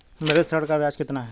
मेरे ऋण का ब्याज कितना है?